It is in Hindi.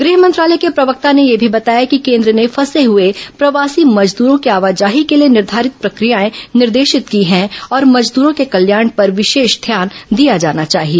गृह मंत्रालय के प्रवक्ता ने यह भी बताया कि केन्द्र ने फंसे हुए प्रवासी मजदूरों की आवाजाही के लिए निर्घारित प्रक्रियाए निर्देशित की हैं और मजदूरों के कल्याण पर विशेष ध्यान दिया जाना चाहिए